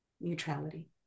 neutrality